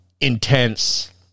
Intense